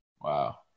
Wow